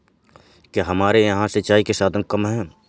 क्या हमारे यहाँ से सिंचाई के साधन कम है?